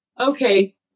Okay